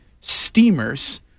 steamers